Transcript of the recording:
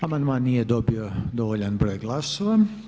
Amandman nije dobio dovoljan broj glasova.